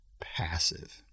passive